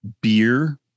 beer